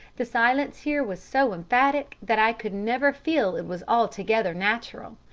the silence here was so emphatic that i could never feel it was altogether natural,